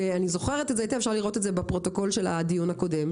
ואפשר לראות את זה בפרוטוקול של הדיון הקודם,